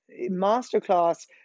masterclass